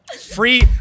Free